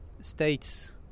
states